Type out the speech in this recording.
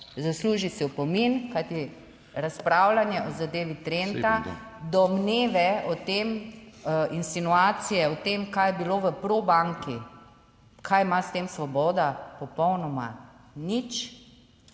Zasluži si opomin, kajti razpravljanje o zadevi Trenta, domneve o tem, insinuacije o tem, kaj je bilo v Probanki. Kaj ima s tem Svoboda? Popolnoma nič.